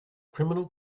criminal